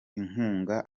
inkunga